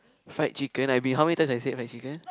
fried chicken I mean how many times I said fried chicken